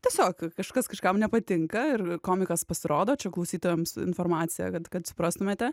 tiesiog kažkas kažkam nepatinka ir komikas pasirodo čia klausytojams informacija kad kad suprastumėte